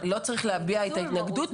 לא צריך להביע את ההתנגדות.